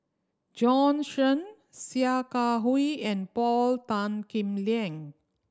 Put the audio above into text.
Jorn Shen Sia Kah Hui and Paul Tan Kim Liang